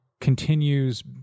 continues